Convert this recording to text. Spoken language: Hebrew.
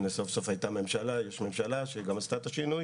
הנה סוף-סוף יש ממשלה שעשתה את השינוי